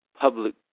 public